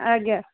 ଆଜ୍ଞା